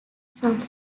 some